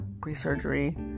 pre-surgery